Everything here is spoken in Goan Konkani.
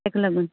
तेका लागून